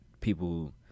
people